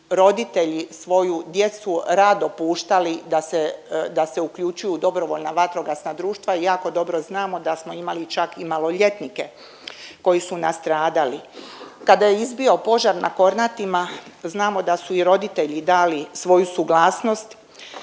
roditelji svoju djecu rado puštali da se, da se uključuju u DVD-a i jako dobro znamo da smo imali čak i maloljetnike koji su nastradali. Kada je izbio požar na Kornatima znamo da su i roditelji dali svoju suglasnost